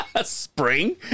Spring